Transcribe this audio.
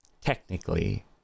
technically